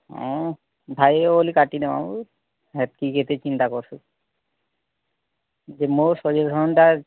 ହଁ ଭାଇ ବୋଲି କାଟି ଦେବା ଓ ହେତ୍କି କେତେ ଚିନ୍ତା କରୁସୁଁ ଯେ ମୋ ସଜେସନ୍ଟା